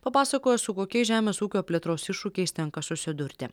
papasakojo su kokiais žemės ūkio plėtros iššūkiais tenka susidurti